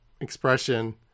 expression